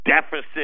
deficit